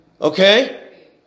Okay